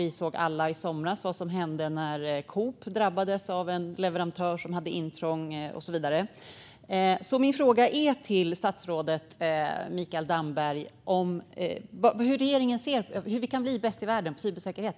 Vi såg alla i somras vad som hände när Coop drabbades av ett intrång hos en leverantör och så vidare. Min fråga till statsrådet Mikael Damberg är alltså hur vi kan bli bäst i världen på cybersäkerhet.